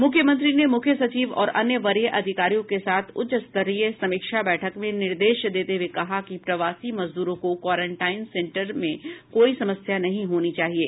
मुख्यमंत्री ने मुख्य सचिव और अन्य वरीय अधिकारियों के साथ उच्चस्तरीय समीक्षा बैठक में निर्देश देते हुये कहा कि प्रवासी मजदूरों को क्वारंटाइन सेंटर में कोई समस्या नहीं होनी चाहिये